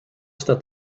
that